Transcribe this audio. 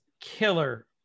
killer